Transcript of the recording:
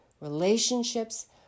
relationships